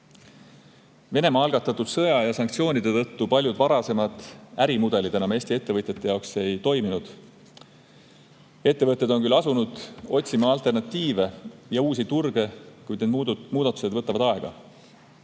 [kehtestatud] sanktsioonide tõttu paljud varasemad ärimudelid enam Eesti ettevõtjate jaoks ei toiminud. Ettevõtted on küll asunud otsima alternatiive ja uusi turge, kuid need muudatused võtavad aega.